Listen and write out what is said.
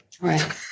Right